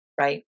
Right